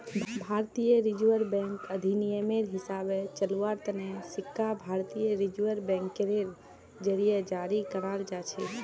भारतीय reserve bank अधिनियमेर हिसाबे चलव्वार तने सिक्का भारतीय रिजर्व बैंकेर जरीए जारी कराल जाछेक